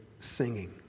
singing